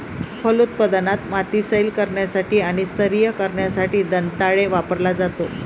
फलोत्पादनात, माती सैल करण्यासाठी आणि स्तरीय करण्यासाठी दंताळे वापरला जातो